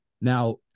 now